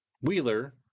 Wheeler